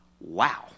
Wow